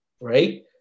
right